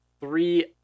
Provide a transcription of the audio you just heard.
three